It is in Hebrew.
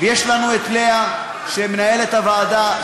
ויש לנו את לאה, מנהלת הוועדה.